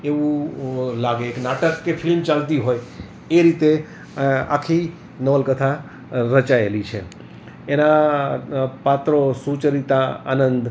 એવું લાગે એક નાટક કે ફિલ્મ ચાલતી હોય એ રીતે આખી નવલકથા રચાયેલી છે એનાં પાત્રો સૂચરિતા આનંદ